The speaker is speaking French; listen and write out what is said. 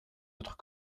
notre